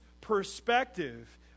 perspective